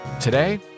Today